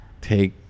take